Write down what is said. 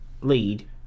lead